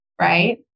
right